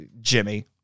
Jimmy